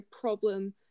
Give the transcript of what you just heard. problem